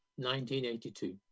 1982